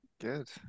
good